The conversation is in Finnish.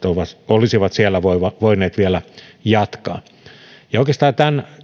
olisivat siellä voineet vielä jatkaa oikeastaan